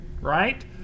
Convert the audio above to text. right